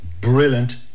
brilliant